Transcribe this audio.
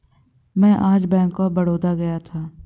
मैं आज bank of Baroda गया था